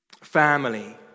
family